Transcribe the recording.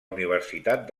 universitat